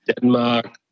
Denmark